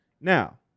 Now